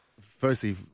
firstly